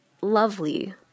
lovely